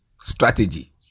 strategy